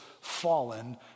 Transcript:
fallen